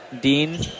Dean